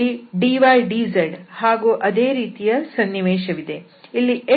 ಇಲ್ಲಿ dy dz ಹಾಗೂ ಅದೇ ರೀತಿಯ ಸನ್ನಿವೇಶವಿದೆ